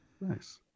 Nice